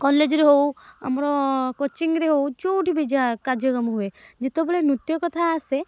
କଲେଜ୍ରେ ହେଉ ଆମର କୋଚିଙ୍ଗ୍ରେ ହେଉ ଯେଉଁଠି ବି ଯାହା କାର୍ଯ୍ୟକ୍ରମ ହୁଏ ଯେତେବେଳେ ନୃତ୍ୟ କଥା ଆସେ